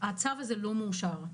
וזאת היתה המלצתי גם בשיחה.